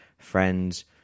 friends